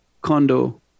condo